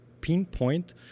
pinpoint